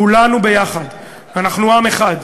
כולנו ביחד, אנחנו עם אחד.